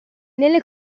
nelle